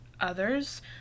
others